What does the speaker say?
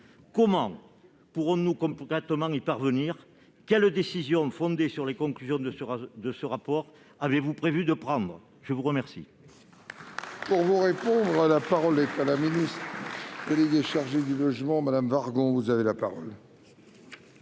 Comment pourrons-nous concrètement y parvenir ? Quelles décisions, fondées sur les conclusions de ce rapport, avez-vous prévu de prendre ? La parole